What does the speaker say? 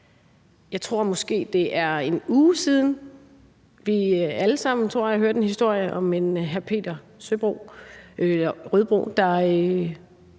Jeg tror måske, det er en uge siden, vi alle sammen, tror jeg, hørte en historie om en hr. Peter Rødbro, der